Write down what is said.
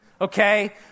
Okay